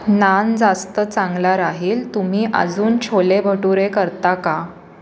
नान जास्त चांगला राहील तुम्ही अजून छोले भटुरे करता का